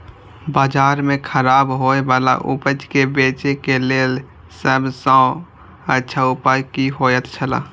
बाजार में खराब होय वाला उपज के बेचे के लेल सब सॉ अच्छा उपाय की होयत छला?